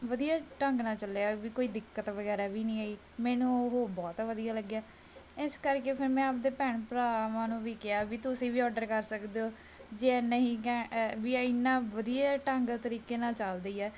ਵਧੀਆ ਢੰਗ ਨਾਲ ਚੱਲਿਆ ਬਈ ਕੋਈ ਦਿੱਕਤ ਵਗੈਰਾ ਵੀ ਨਹੀਂ ਆਈ ਮੈਨੂੰ ਉਹ ਬਹੁਤ ਵਧੀਆ ਲੱਗਿਆ ਇਸ ਕਰਕੇ ਫੇਰ ਮੈਂ ਆਪਦੇ ਭੈਣ ਭਰਾਵਾਂ ਨੂੰ ਵੀ ਕਿਹਾ ਬਈ ਤੁਸੀਂ ਵੀ ਔਡਰ ਕਰ ਸਕਦੇ ਹੋ ਜੇ ਨਹੀਂ ਵੀ ਇਹ ਇੰਨਾ ਵਧੀਆ ਢੰਗ ਤਰੀਕੇ ਨਾਲ ਚੱਲਦੇ ਹੈ